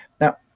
Now